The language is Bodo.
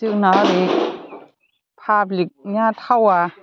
जोंना ओरै पाब्लिकनिया थावा